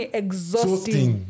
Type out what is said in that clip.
exhausting